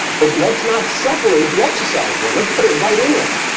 but let's not separate the exercise one. let's put it right in there.